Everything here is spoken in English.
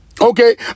Okay